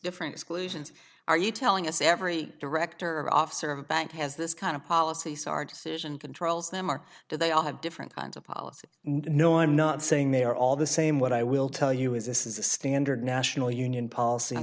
different exclusions are you telling us every director or officer of a bank has this kind of policies our decision controls them or do they all have different kinds of policy no i'm not saying they are all the same what i will tell you is this is a standard national union policy